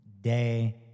day